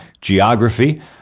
geography